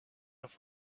off